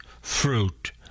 fruit